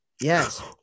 Yes